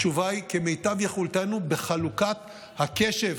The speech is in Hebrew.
התשובה היא: כמיטב יכולתנו בחלוקת הקשב